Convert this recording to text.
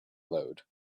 load